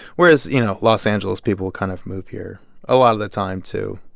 whereas, you know, los angeles, people kind of move here a lot of the time to.